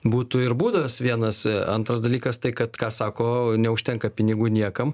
būtų ir būdas vienas antras dalykas tai kad ką sako neužtenka pinigų niekam